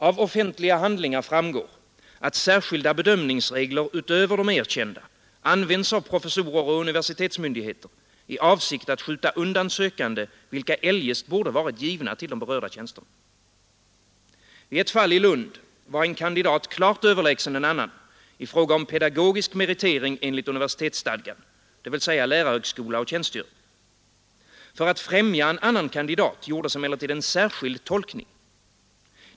Av offentliga handlingar framgår, att särskilda bedömningsregler utöver de erkända används av professorer och universitetsmyndigheter i avsikt att skjuta undan sökande, vilka eljest borde varit givna till de berörda tjänsterna. Vid ett fall i Lund var en kandidat klart överlägsen en annan i fråga om pedagogisk meritering enligt universitetsstadgan, dvs. lärarhögskola och tjänstgöring. För att främja en annan kandidat gjordes emellertid en särskild tolkning.